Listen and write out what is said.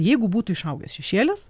jeigu būtų išaugęs šešėlis